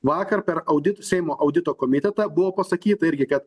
vakar per auditą seimo audito komitetą buvo pasakyta irgi kad